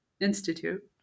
institute